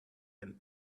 and